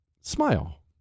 smile